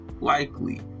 likely